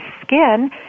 skin